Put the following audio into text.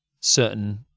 certain